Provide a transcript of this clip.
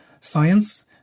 science